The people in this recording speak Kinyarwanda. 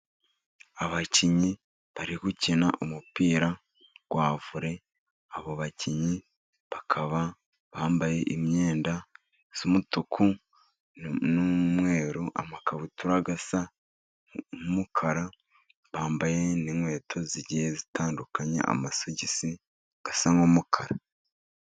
Abakinnyi bari gukina umupira wa vole, abo bakinnyi bakaba bambaye imyenda y'umutuku, n'umweru, amakabutura asa n'umukara, bambaye n'inkweto zigiye zitandukanya, amasogisi asa n'umukara.